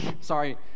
Sorry